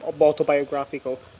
autobiographical